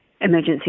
emergency